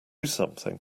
something